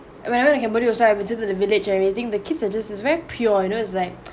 when I went to cambodia so I visited the village and everything the kids are just very pure you know is like